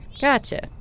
Gotcha